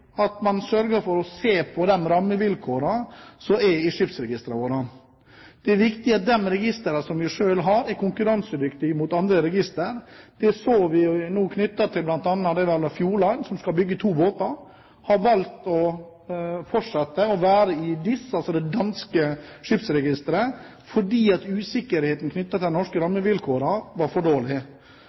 at man sørger for å se på rammevilkårene for skipsregistrene våre. Det er viktig at de registrene som vi selv har, er konkurransedyktige opp mot andre registre. Det så vi nå knyttet til Fjord Line, som skal bygge to båter. De har valgt å fortsette å være i DIS, altså det danske skipsregisteret, fordi det var usikkerhet knyttet til de norske rammevilkårene, at de var for